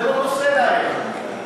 זה לא נושא להם.